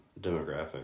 demographic